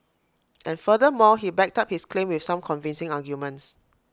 and furthermore he backed up his claim with some convincing arguments